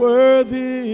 Worthy